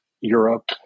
Europe